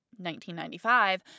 1995